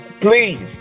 please